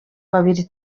babiri